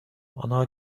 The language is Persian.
آنها